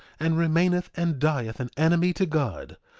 and remaineth and dieth an enemy to god,